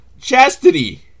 Chastity